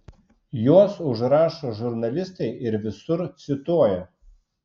juos užrašo žurnalistai ir visur cituoja